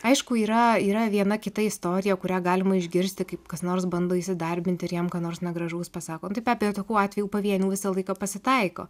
aišku yra yra viena kita istorija kurią galima išgirsti kaip kas nors bando įsidarbinti ir jiem ką nors negražaus pasako tai be abejo tokių atvejų pavienių visą laiką pasitaiko